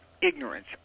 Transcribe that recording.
ignorance